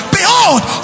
Behold